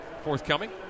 forthcoming